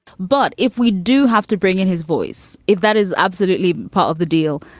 but if we do have to bring in his voice, if that is absolutely part of the deal,